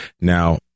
now